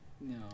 no